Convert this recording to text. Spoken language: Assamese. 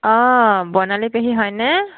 অঁ বৰ্ণালী পেহী হয়নে